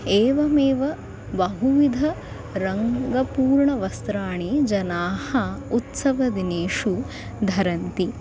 एवमेव बहुविधरङ्गपूर्णवस्त्राणि जनाः उत्सवदिनेषु धरन्ति